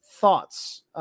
thoughts